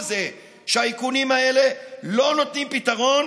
זה שהאיכונים האלה לא נותנים פתרון,